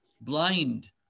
blind